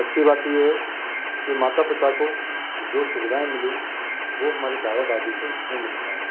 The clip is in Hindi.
अच्छी बात तो ये है कि माता पिता को जी सुविधाएं मिली वो हमारे दादा दादी को नहीं मिल पाई